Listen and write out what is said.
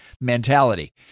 mentality